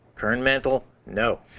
kernmantle, no.